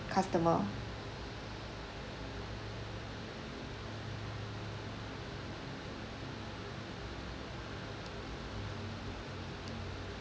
customer